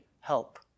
help